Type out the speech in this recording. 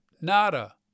Nada